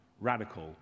radical